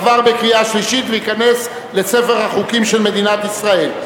עבר בקריאה שלישית וייכנס לספר החוקים של מדינת ישראל.